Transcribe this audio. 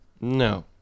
No